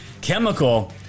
chemical